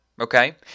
Okay